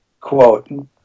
quote